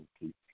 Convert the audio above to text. keep